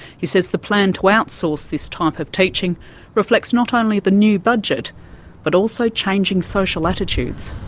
he says the plan to outsource this type of teaching reflects not only the new budget but also changing social attitudes.